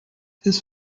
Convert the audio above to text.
this